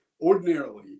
ordinarily